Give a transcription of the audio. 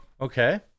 Okay